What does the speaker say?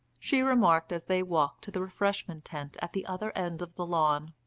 she remarked as they walked to the refreshment tent at the other end of the lawn.